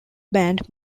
band